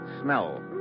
smell